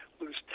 lose